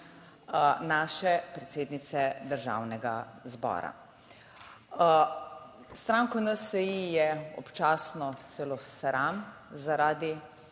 naše predsednice Državnega zbora. Stranko NSi je občasno celo sram zaradi